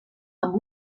amb